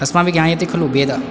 अस्माभिः ज्ञायते खलु वेदः